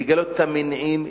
לגלות את המניעים,